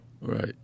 Right